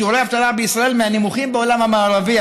שיעורי האבטלה בישראל מהנמוכים בעולם המערבי,